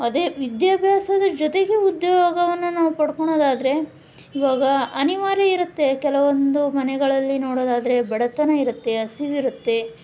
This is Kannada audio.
ಅದೇ ವಿದ್ಯಾಭ್ಯಾಸದ ಜೊತೆಗೆ ಉದ್ಯೋಗವನ್ನು ನಾವು ಪಡ್ಕೋಳೋದಾದ್ರೆ ಇವಾಗ ಅನಿವಾರ್ಯ ಇರುತ್ತೆ ಕೆಲವೊಂದು ಮನೆಗಳಲ್ಲಿ ನೋಡೋದಾದರೆ ಬಡತನ ಇರುತ್ತೆ ಹಸಿವಿರುತ್ತೆ